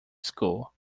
school